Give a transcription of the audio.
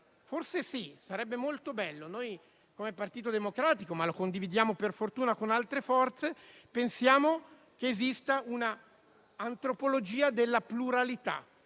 sarebbe molto bello. Come Partito Democratico - ma lo condividiamo, per fortuna, con altre forze - pensiamo che esista una antropologia della pluralità,